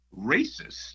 racists